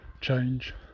change